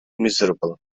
miserable